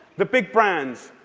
the big brands,